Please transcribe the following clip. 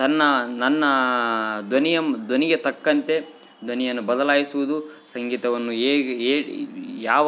ತನ್ನ ನನ್ನ ಧ್ವನಿಯನ್ನು ಧ್ವನಿಗೆ ತಕ್ಕಂತೆ ಧ್ವನಿಯನ್ನು ಬದಲಾಯಿಸುವುದು ಸಂಗೀತವನ್ನು ಹೇಗೆ ಹೇಳಿ ಯಾವ